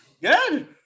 Good